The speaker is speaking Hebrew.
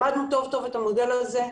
למדנו טוב טוב את המודל הזה.